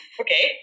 okay